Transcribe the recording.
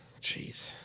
Jeez